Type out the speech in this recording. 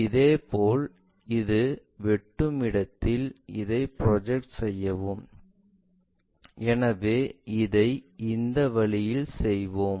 இதேபோல் இது வெட்டும் இடத்தில் இதை ப்ரொஜெக்ஷன் செய்யவும் எனவே இதை இந்த வழியில் செய்வோம்